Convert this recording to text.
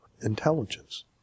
intelligence